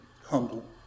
humble